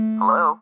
Hello